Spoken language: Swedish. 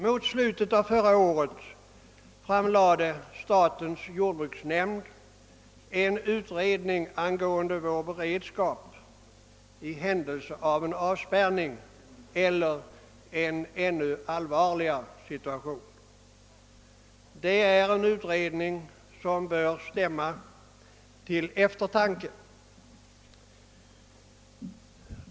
Mot slutet av förra året framlade statens jordbruksnämnd en utredning angående vår beredskap i händelse av en avspärrning eller en ännu allvarligare situation. Det är en utredning som bör stämma till eftertanke.